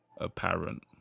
apparent